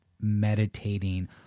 meditating